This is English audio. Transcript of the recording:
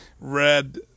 red